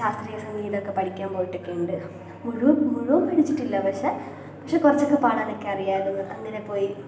ശാസ്ത്രീയ സംഗീതമൊക്കെ പഠിക്കാൻ പോയിട്ടൊക്കെ ഉണ്ട് മുഴുവൻ മുഴുവൻ പഠിച്ചിട്ടില്ല പക്ഷേ പക്ഷേ കുറച്ചൊക്കെ പാടാനൊക്കെ അറിയാമായിരുന്നു അങ്ങനെ പോയി